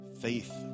Faith